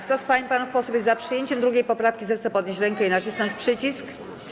Kto z pań i panów posłów jest za przyjęciem 2. poprawki, zechce podnieść rękę i nacisnąć przycisk.